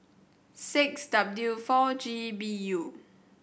six W four G B U